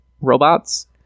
robots